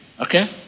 okay